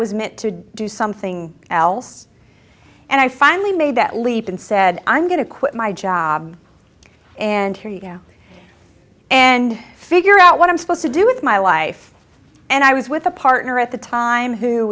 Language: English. was meant to do something else and i finally made that leap and said i'm going to quit my job and here you know and figure out what i'm supposed to do with my life and i was with a partner at the time who